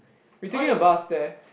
we taking a bus there